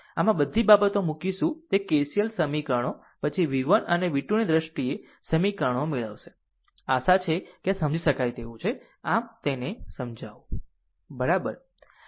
આમ આ બધી બાબતો મૂકીશું તે KCL સમીકરણો પછી v 1 અને v 2 ની દ્રષ્ટિએ સમીકરણો મેળવશે આશા છે કે આ સમજી શકાય તેવું છે આમ તેને સમજાવું બરાબર